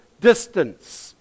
distance